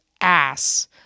ass